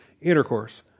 intercourse